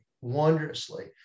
wondrously